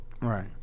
Right